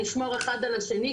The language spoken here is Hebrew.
נשמור אחד על השני,